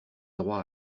droit